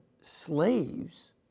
slaves